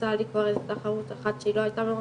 יצא לי כבר תחרות אחת שהיא לא הייתה מאוד